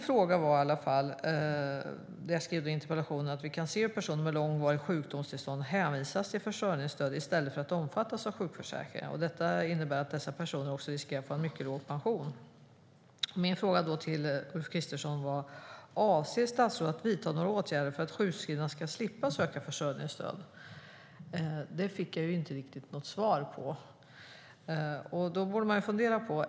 Jag skrev i min interpellation att vi kan se personer med långvarigt sjukdomstillstånd hänvisas till försörjningsstöd i stället för att omfattas av sjukförsäkringen. Det innebär att dessa personer riskerar att få en mycket låg pension. Min fråga till Ulf Kristersson var: Avser statsrådet att vidta några åtgärder för att sjukskrivna ska slippa söka försörjningsstöd? Det fick jag inte riktigt något svar på.